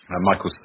Michael